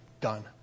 Done